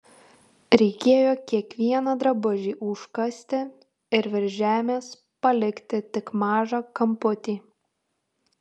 reikėjo kiekvieną drabužį užkasti ir virš žemės palikti tik mažą kamputį